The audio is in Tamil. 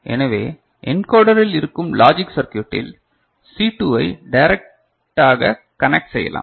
எனவே என்கோடரில் இருக்கும் லாஜிக் சர்க்யூட்டில் C2வை டைரக்டாக கனெக்ட் செய்யலாம்